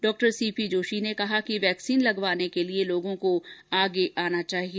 डॉ सीपी जोशी ने कहा कि वैक्सीन लगवाने के लिए लोगों को आगे आना चाहिए